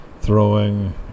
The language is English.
throwing